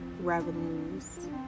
revenues